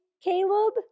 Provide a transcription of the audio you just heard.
Caleb